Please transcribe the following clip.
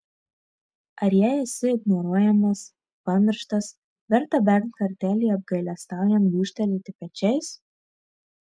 ar jei esi ignoruojamas pamirštas verta bent kartelį apgailestaujant gūžtelėti pečiais